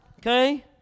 Okay